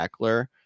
Eckler